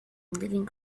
living